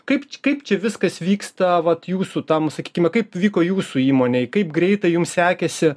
kaip kaip čia viskas vyksta vat jūsų tam sakykime kaip vyko jūsų įmonėj kaip greitai jums sekėsi